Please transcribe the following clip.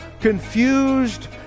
confused